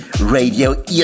Radio